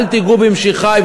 אל תיגעו במשיחי,